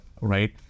right